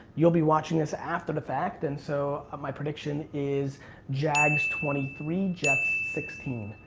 you'll be watching us after the fact, and so my prediction is jack twenty three, jets sixteen.